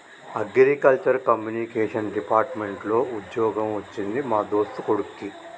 agriculture communication department లో వుద్యోగం వచ్చింది మా దోస్తు కొడిక్కి